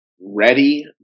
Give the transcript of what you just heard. ready